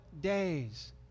days